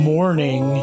Morning